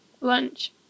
Lunch